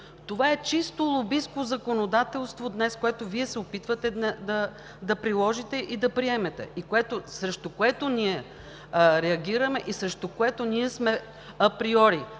Това е чисто лобистко законодателство, което Вие се опитвате да приложите и да приемете, срещу което ние реагираме и срещу което ние сме априори